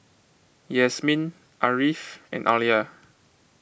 Yasmin Ariff and Alya